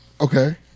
Okay